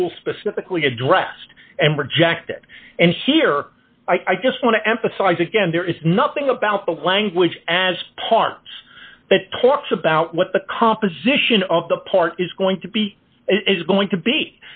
whirlpool specifically addressed and rejected and here i just want to emphasize again there is nothing about the language as part that talks about what the composition of the part is going to be is going to be